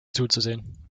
zuzusehen